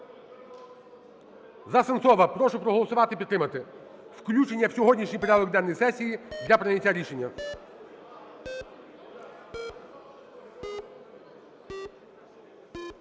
За Сенцова прошу проголосувати і підтримати включення в сьогоднішній порядок денний сесії для прийняття рішення.